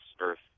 earth